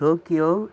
Tokyo